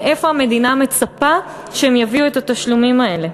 מאיפה המדינה מצפה שהם יביאו את התשלומים האלה?